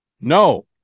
No